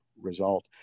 result